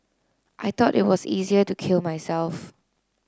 I thought it was easier to kill myself